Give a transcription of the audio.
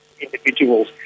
individuals